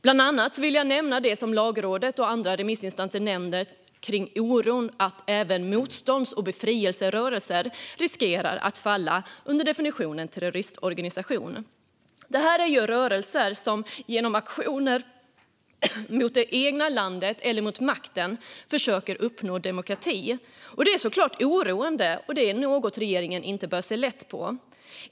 Bland annat vill jag nämna det som Lagrådet och andra remissinstanser tar upp om oron för att även motstånds och befrielserörelser riskerar att falla under definitionen terroristorganisation. Det är rörelser som genom aktioner mot det egna landet eller mot makten försöker att uppnå demokrati. Det är såklart oroande, och det är något som regeringen inte bör se lätt på.